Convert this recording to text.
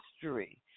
history